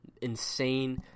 insane